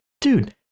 dude